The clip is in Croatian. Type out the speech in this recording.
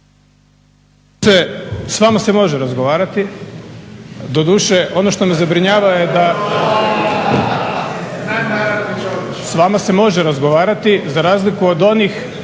s vama se može razgovarati, doduše ono što me zabrinjava je da, s vama se može razgovarati za razliku od onih